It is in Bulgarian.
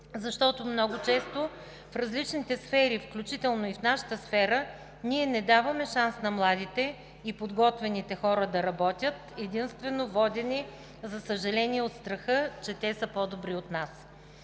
Защото много често в различните сфери, включително и в нашата сфера, ние не даваме шанс на младите и подготвени хора да работят, единствено водени, за съжаление, от страха, че те са по добри от нас.